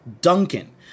Duncan